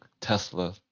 Tesla